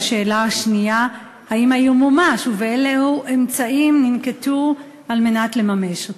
2. האם האיום מומש ואילו אמצעים ננקטו על מנת לממשו?